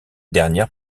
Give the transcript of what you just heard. dernière